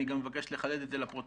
ואני גם מבקש לחדד את זה לפרוטוקול.